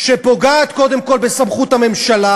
שפוגעת קודם כול בסמכות הממשלה,